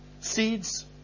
Seeds